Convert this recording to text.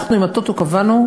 אנחנו עם ה"טוטו" קבענו,